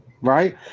Right